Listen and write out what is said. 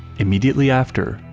immediately after,